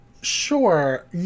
sure